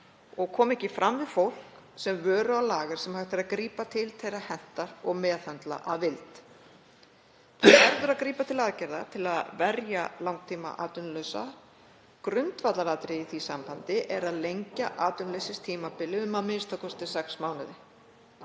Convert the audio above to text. og koma ekki fram við fólk eins og vöru á lager sem hægt er að grípa til þegar hentar og meðhöndla að vild. Það verður að grípa til aðgerða til að verja langtímaatvinnulausa. Grundvallaratriði í því sambandi er að lengja atvinnuleysistímabilið um a.m.k. sex mánuði.